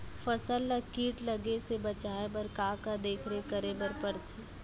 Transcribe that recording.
फसल ला किट लगे से बचाए बर, का का देखरेख करे बर परथे?